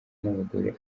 n’abagore